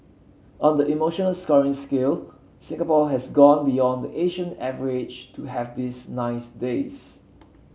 on the emotional scoring scale Singapore has gone beyond the Asian average to have these nice days